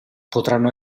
potranno